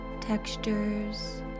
textures